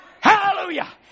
Hallelujah